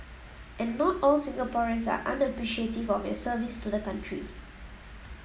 and not all Singaporeans are unappreciative of your service to the country